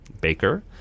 baker